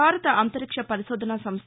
భారత అంతరిక్ష పరిశోధన సంస్ట